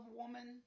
woman